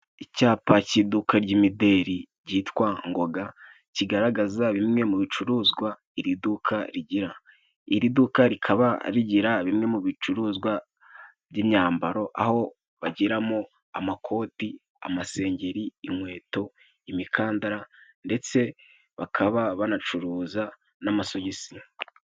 Icapa cy'iduka ry'imideri ryitwa Ngoga, kigaragaza bimwe mu bicuruzwa iri duka rigira ;iri duka rikaba rigira bimwe mu bicuruzwa by'imyambaro aho bagiramo: amakoti, amasengeri, inkweto, imikandara ndetse bakaba banacuruza n'amasogisi.